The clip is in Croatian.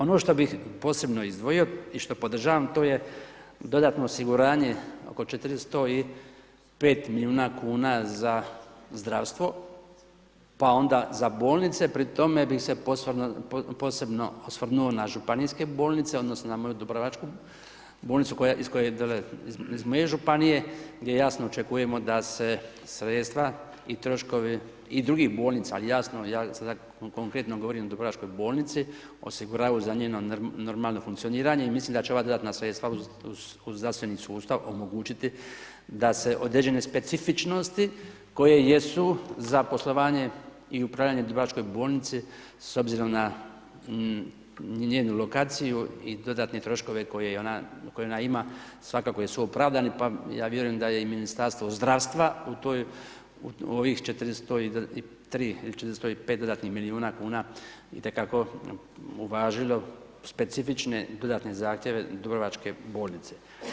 Ono što bih posebno izdvojio i što podržavam to je dodano osiguranje oko 405 milijuna kuna za zdravstvo, pa onda za bolnice pri tome bih se posebno osvrnuo na županijske bolnice odnosno na moju dubrovačku bolnicu iz koje dolazim iz moje županije gdje jasno očekujemo da se sredstva i troškovi i drugih bolnica ali jasno ja sada konkretno govorim o dubrovačkoj bolnici osiguraju za njeno normalno funkcioniranje i mislim da će ova dodatna sredstva uz zdravstveni sustav omogućiti da se određene specifičnosti koje jesu za poslovanje i upravljanje dubrovačkoj bolnici s obzirom na njenu lokaciju i dodatne troškove koje ona ima svakako jesu opravdani pa ja vjerujem da je i Ministarstvo zdravstva u toj u ovih 403 ili 405 dodatnih milijuna kuna i te kako uvažilo specifične dodatne zahtjeve dubrovačke bolnice.